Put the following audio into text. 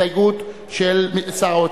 בהסתייגות של שר האוצר.